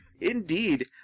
indeed